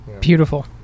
beautiful